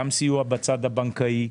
גם סיוע בצד הבנקאי,